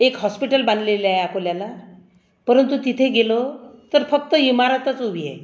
एक हॉस्पिटल बांधलेले आहे आकोल्याला परंतु तिथे गेलो तर फक्त इमारातच उभी आहे